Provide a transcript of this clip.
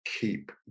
keep